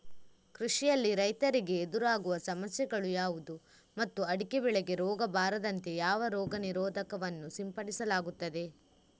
ಕೃಷಿಯಲ್ಲಿ ರೈತರಿಗೆ ಎದುರಾಗುವ ಸಮಸ್ಯೆಗಳು ಯಾವುದು ಮತ್ತು ಅಡಿಕೆ ಬೆಳೆಗೆ ರೋಗ ಬಾರದಂತೆ ಯಾವ ರೋಗ ನಿರೋಧಕ ವನ್ನು ಸಿಂಪಡಿಸಲಾಗುತ್ತದೆ?